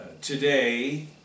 today